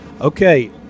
okay